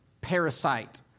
parasite